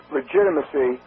legitimacy